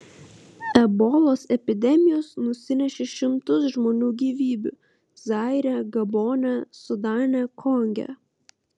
ebolos epidemijos nusinešė šimtus žmonių gyvybių zaire gabone sudane konge